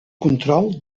control